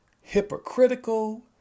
Hypocritical